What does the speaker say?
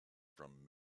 from